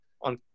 on